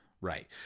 Right